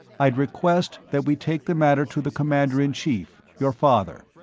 i'd request that we take the matter to the commander in chief, your father.